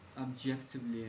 objectively